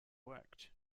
worked